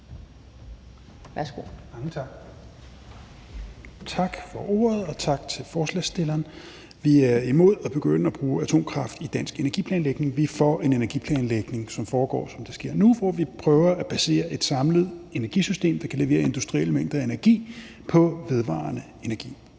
(RV): Tak for ordet, og tak til forslagsstillerne. Vi er imod at begynde at bruge aftomkraft i dansk energiplanlægning. Vi er for en energiplanlægning, som foregår, som det også sker nu, hvor vi prøver at basere et samlet energisystem, der kan levere industrielle mængder af energi, på vedvarende energi.